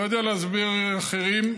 לא יודע להסביר אחרים,